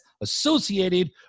associated